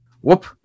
Whoop